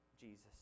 Jesus